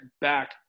back